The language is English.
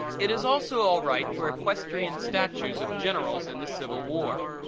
it is also all right for equestrian statues of generals in the civil war.